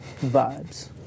vibes